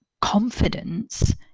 confidence